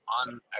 on